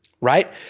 right